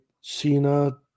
Cena